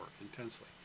intensely